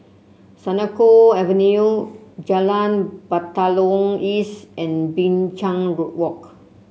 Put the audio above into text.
Senoko Avenue Jalan Batalong East and Binchang Road Walk